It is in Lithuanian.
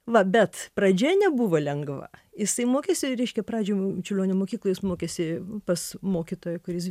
va bet pradžia nebuvo lengva jisai mokėsi reiškia pradžioj čiurlionio mokykloj jis mokėsi pas mokytoją kuris